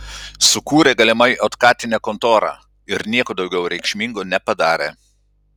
sukūrė galimai otkatinę kontorą ir nieko daugiau reikšmingo nepadarė